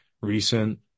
recent